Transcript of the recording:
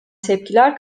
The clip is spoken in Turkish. tepkiler